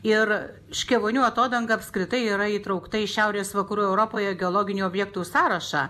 ir škėvonių atodanga apskritai yra įtraukta į šiaurės vakarų europoje geologinių objektų sąrašą